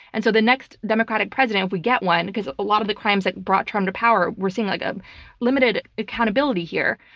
and so the next democratic president, if we get one, because a lot of the crimes that brought trump to power, we're seeing like a limited accountability here.